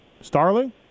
Starling